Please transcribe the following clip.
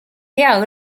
hea